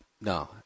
No